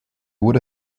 would